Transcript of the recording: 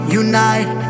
unite